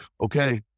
okay